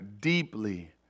deeply